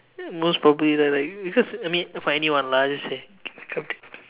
most probably they're like because I mean for anyone lah just say make up tips